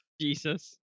Jesus